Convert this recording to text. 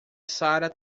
sarah